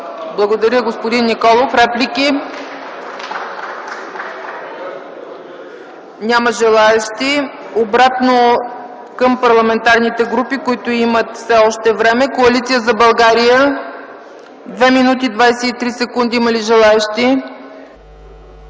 Благодаря, господин Николов. Реплики? Няма желаещи. Обратно към парламентарните групи, които все още имат време: Коалиция за България – 2 мин. 23 сек. Има ли желаещи?